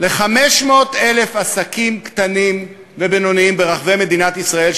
ל-500,000 עסקים קטנים ובינוניים ברחבי מדינת ישראל,